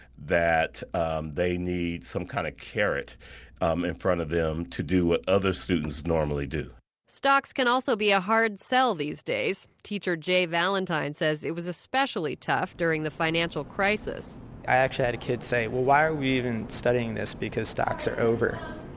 that they need some kind of carrot um in front of them to do what other students normally do stocks can also be a hard sell these days. teacher jay valentine says it was especially tough during the financial crisis i actually had a kid say, why are we even studying this because stocks are over?